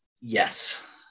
Yes